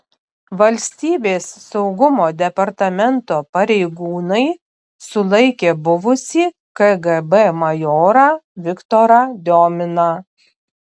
valstybės saugumo departamento pareigūnai sulaikė buvusį kgb majorą viktorą diominą